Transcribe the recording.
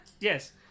Yes